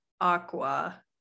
Aqua